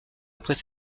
après